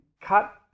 cut